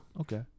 Okay